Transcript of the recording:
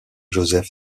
joseph